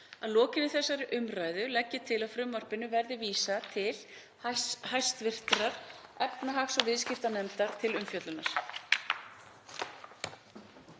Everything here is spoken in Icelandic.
Að lokinni þessari umræðu legg ég til að frumvarpinu verði vísað til hv. efnahags- og viðskiptanefndar til umfjöllunar.